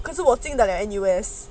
可是我进的 liao N_U_S